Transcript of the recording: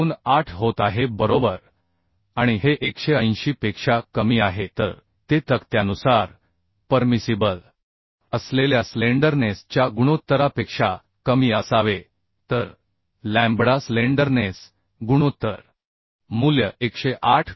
28 होत आहे बरोबर आणि हे 180 पेक्षा कमी आहे तर ते तक्त्यानुसार परमिसिबल असलेल्या स्लेंडरनेस च्या गुणोत्तरापेक्षा कमी असावे तर लॅम्बडा स्लेंडरनेस गुणोत्तर मूल्य 108